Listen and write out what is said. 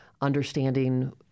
understanding